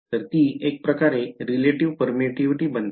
तर ती एक प्रकारे relative permittivity बनते